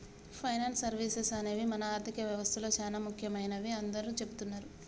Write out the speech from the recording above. finance services అనేవి మన ఆర్థిక వ్యవస్తలో చానా ముఖ్యమైనవని అందరూ చెబుతున్నరు